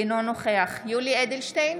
אינו נוכח יולי יואל אדלשטיין,